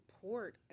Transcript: support